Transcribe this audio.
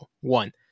one